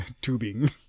tubing